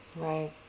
Right